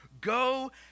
Go